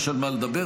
יש על מה לדבר,